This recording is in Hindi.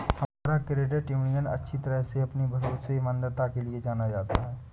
हमारा क्रेडिट यूनियन अच्छी तरह से अपनी भरोसेमंदता के लिए जाना जाता है